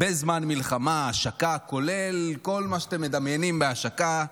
בזמן מלחמה, השקה כולל כל מה שאתם מדמיינים בהשקה.